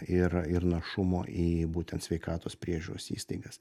ir ir našumo į būtent sveikatos priežiūros įstaigas